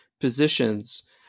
positions